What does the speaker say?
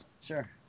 sure